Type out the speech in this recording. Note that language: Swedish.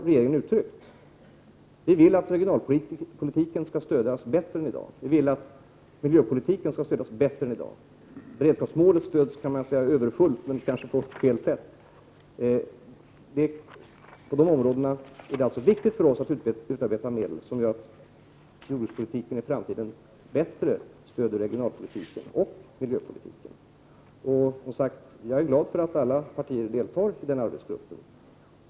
Regeringen har uttryckt målen, att den vill att regionalpolitiken och miljöpolitiken skall ges mer stöd än i dag. Beredskapsmålen ges i dag fullt stöd, men kanske på ett felaktigt sätt. När det gäller dessa områden är det viktigt för oss att utarbeta medel som gör att jordbrukspolitiken i framtiden bättre stöder regionalpolitiken och miljöpolitiken. Jag är glad över att alla partier finns representerade i den här arbetsgruppen.